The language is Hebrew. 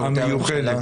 המיוחדת.